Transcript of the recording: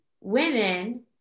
women